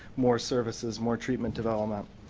more services more treatment development,